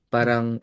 Parang